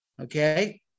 Okay